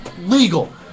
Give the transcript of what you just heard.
legal